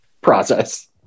process